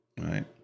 right